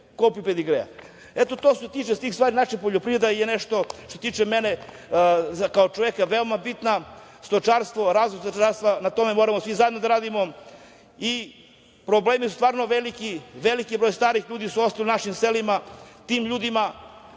kopiju pedigrea. To je što se tiče tih stvari. Naša poljoprivreda je, što se mene tiče, kao čoveka, veoma bitna. Stočarstvo, razvoj stočarstva na tome moramo svi zajedno da radimo i problemi su stvarno veliki. Veliki broj starih ljudi je ostao u našim selima. Tim ljudima